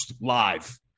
live